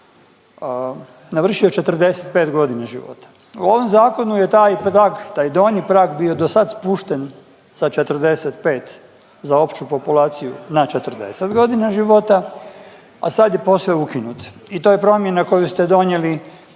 navršio 45 godina života. U ovom zakonu je taj prag, taj donji prag bio do sad spušten sa 45 za opću populaciju na 40 godina života, a sad je posve ukinut i to je promjena koju ste donijeli